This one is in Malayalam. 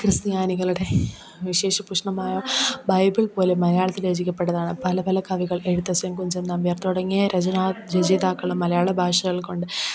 ക്രിസ്ത്യാനികളുടെ വിശേഷ പൂഷ്ണമായ ബൈബിൾ പോലെ മലയാളത്തിൽ രചിക്കപെട്ടതാണ് പല പല കവികൾ എഴുത്തച്ഛൻ കുഞ്ചൻനമ്പ്യാർ തുടങ്ങിയ രചനാ രചയിതാക്കളും മലയാള ഭാഷകൾ കൊണ്ട്